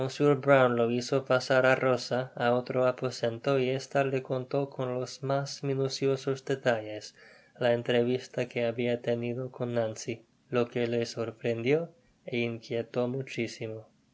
hizo pasar á rosa á otro aposento y ésta le contó con los mas minuciosos detalles la entrevista que habia tenido con nancy o que le sorprendió é inquietó muchisimo